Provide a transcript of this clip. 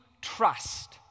trust